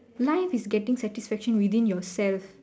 life is getting satisfaction within yourself